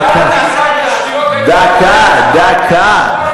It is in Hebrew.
דקה, דקה.